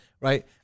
right